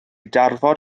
darfod